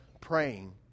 praying